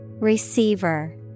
Receiver